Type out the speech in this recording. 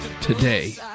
today